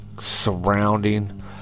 surrounding